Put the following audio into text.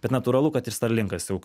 bet natūralu kad ir starlinkas jau